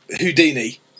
Houdini